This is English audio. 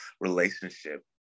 relationship